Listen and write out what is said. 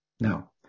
Now